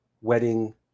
wedding